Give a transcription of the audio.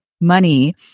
money